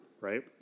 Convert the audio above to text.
right